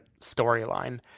storyline